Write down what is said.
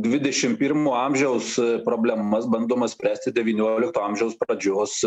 dvidešim pirmo amžiaus problemas bandoma spręsti devyniolikto amžiaus pradžios